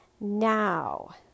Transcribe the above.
Now